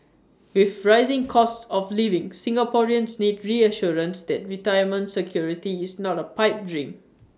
with rising costs of living Singaporeans need reassurance that retirement security is not A pipe dream